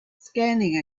scanning